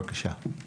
בבקשה.